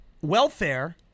welfare